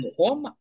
home